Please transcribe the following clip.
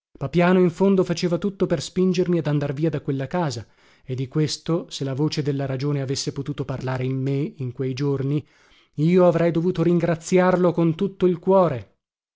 papiano in fondo faceva tutto per spingermi ad andar via da quella casa e di questo se la voce della ragione avesse potuto parlare in me in quei giorni io avrei dovuto ringraziarlo con tutto il cuore